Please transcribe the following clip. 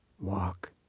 walk